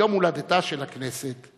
יום הולדתה של הכנסת,